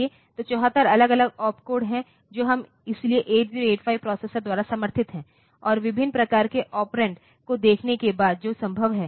तो 74 अलग अलग ओपकोड हैं जो हम इसलिए 8085 प्रोसेसर द्वारा समर्थित हैं और विभिन्न प्रकार के ऑपरेंड को देखने के बाद जो संभव है